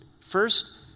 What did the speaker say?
first